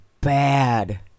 bad